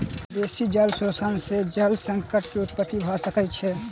बेसी जल शोषण सॅ जल संकट के उत्पत्ति भ सकै छै